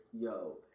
Yo